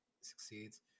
succeeds